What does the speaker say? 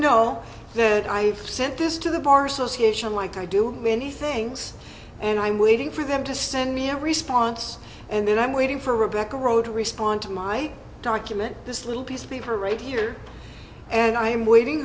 know that i've sent this to the bar association like i do many things and i'm waiting for them to send me a response and then i'm waiting for rebecca road to respond to my document this little piece of paper right here and i am waiting